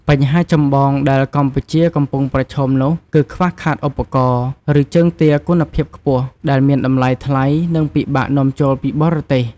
បញ្ហាចម្បងដែលកម្ពុជាកំពុងប្រឈមនោះគឺការខ្វះខាតឧបករណ៍ ឬជើងទាគុណភាពខ្ពស់ ដែលមានតម្លៃថ្លៃ និងពិបាកនាំចូលពីបរទេស។